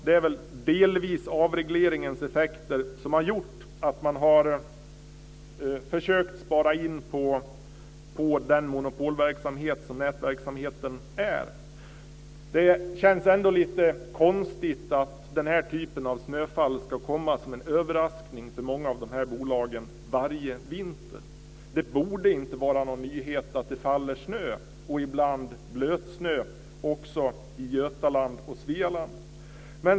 Det är delvis avregleringens effekter som har gjort att man har försökt spara in på den monopolverksamhet som nätverksamheten är. Det känns lite konstigt att den här typen av snöfall ska komma som en överraskning för många av dessa bolag varje vinter. Det borde inte vara någon nyhet att det faller snö, och ibland blötsnö, också i Götaland och Svealand.